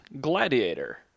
Gladiator